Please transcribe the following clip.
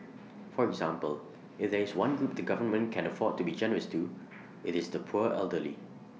for example if there is one group the government can afford to be generous to IT is the poor elderly